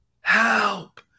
help